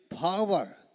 power